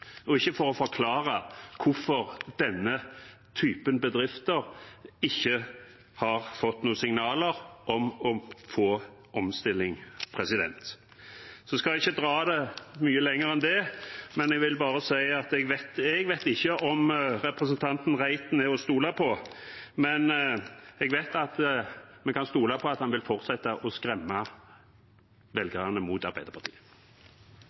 og ikke for å forklare hvorfor denne typen bedrifter ikke har fått noen signaler om omstilling. Jeg skal ikke dra det lenger enn det, men jeg vil bare si at jeg vet ikke om representanten Reiten er til å stole på, men jeg vet vi kan stole på at han vil fortsette å skremme velgerne med Arbeiderpartiet.